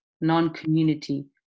non-community